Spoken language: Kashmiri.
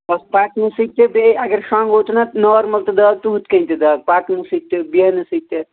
پَکنہٕ سۭتۍ کیٛاہ بیٚیہِ اگر شونٛگو تہٕ نارمَل تہٕ دگ تہٕ ہُتھ کٔنۍ تہِ دَگ پَکنہٕ سۭتۍ تہِ بہنہٕ سۭتۍ تہِ